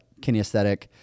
kinesthetic